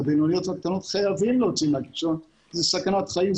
הבינוניות והקטנות חייבים להוציא מהקישון כי זו סכנת חיים.